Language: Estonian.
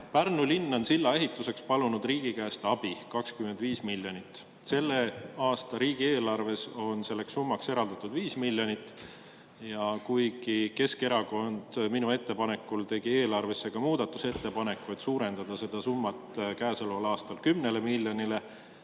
Pärnu linn on silla ehituseks palunud riigi käest abi 25 miljonit. Selle aasta riigieelarves on selleks eraldatud 5 miljonit. Kuigi Keskerakond minu ettepanekul tegi eelarve kohta muudatusettepaneku, et suurendada seda summat käesoleval aastal 10 miljonile,